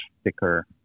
sticker